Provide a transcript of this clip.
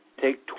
take